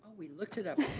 we looked it up.